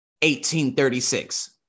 1836